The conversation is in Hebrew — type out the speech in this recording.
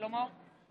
מצביעה שמחה רוטמן,